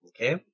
Okay